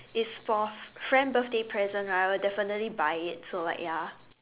if for friend birthday present right I will definitely buy it so like ya